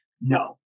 No